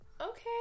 okay